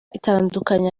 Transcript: itandukanye